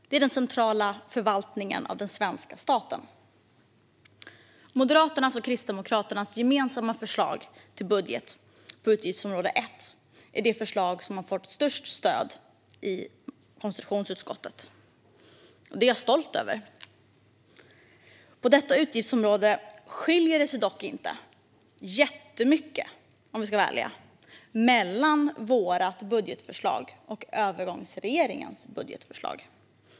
Det är den centrala förvaltningen av den svenska staten. Moderaternas och Kristdemokraternas gemensamma förslag till budget på utgiftsområde 1 är det förslag som fått störst stöd i konstitutionsutskottet. Det är jag stolt över. På detta utgiftsområde skiljer det om vi ska vara ärliga inte jättemycket mellan vårt budgetförslag och övergångsregeringens budgetförslag.